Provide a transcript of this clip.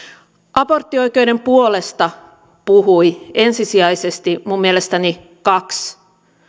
aborttioikeuden puolesta puhui ensisijaisesti minun mielestäni kaksi